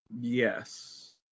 Yes